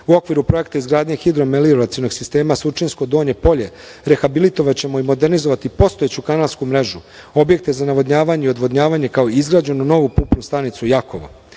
okviru projekta izgradnje hidromerilacionog sistema Surčinsko donje polje rehabilitovaćemo i modernizovati postojeću kanalsku mrežu, objekte za navodnjavanje i odvodnjavanje, kao i izgrađenu novu pumpnu stanicu "Jakovo".U